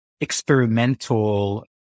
experimental